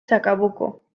chacabuco